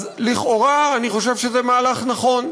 אז לכאורה אני חושב שזה מהלך נכון.